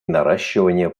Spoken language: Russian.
наращивание